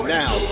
now